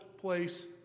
place